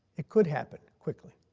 it could happen quickly.